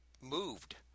moved